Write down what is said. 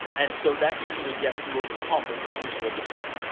and so, that usually get you over the hump of refusal of the call.